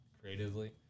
creatively